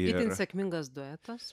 itin sėkmingas duetas